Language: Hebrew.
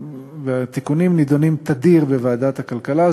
שנדונים תדיר בוועדת הכלכלה.